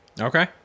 Okay